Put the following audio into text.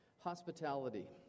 Hospitality